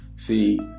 See